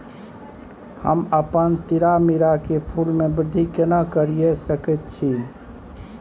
हम अपन तीरामीरा के फूल के वृद्धि केना करिये सकेत छी?